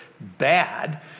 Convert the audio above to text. bad